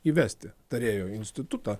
įvesti tarėjų institutą